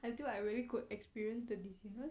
until I really good experience the diseases